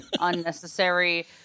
Unnecessary